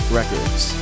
records